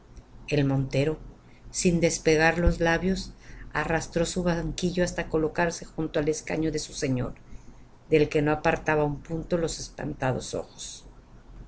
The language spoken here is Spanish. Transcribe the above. el montero sin despegar los labios arrastró su banquillo hasta colocarle junto al escaño de su señor del que no apartaba un punto los espantados ojos